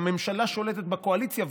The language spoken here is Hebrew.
הממשלה שולטת בקואליציה,